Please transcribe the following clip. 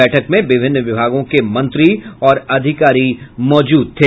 बैठक में विभिन्न विभागों के मंत्री और अधिकारी मौजूद थे